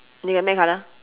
nei hai me colour